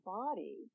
body